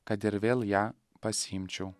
kad ir vėl ją pasiimčiau